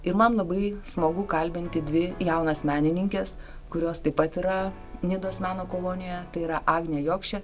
ir man labai smagu kalbinti dvi jaunas menininkes kurios taip pat yra nidos meno kolonijoje tai yra agnė jokšė